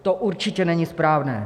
To určitě není správné.